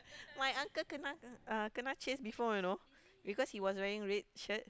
my uncle kena uh kena chased before you know because he was wearing red shirt